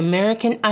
American